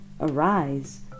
arise